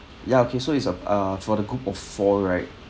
ya okay so is a uh for the group of four right